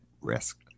risk